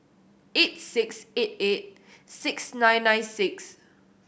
eight six eight eight six nine nine six